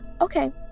okay